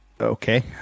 Okay